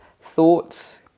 thoughts